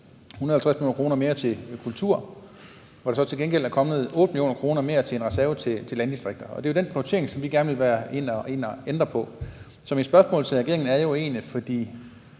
150 mio. kr. mere til kultur, hvor der så til gengæld er kommet 8 mio. kr. mere til en reserve til landdistrikter. Det er jo den prioritering, som vi gerne vil ind og ændre på. Så mit spørgsmål til regeringen er egentlig: